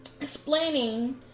explaining